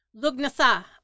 Lugnasa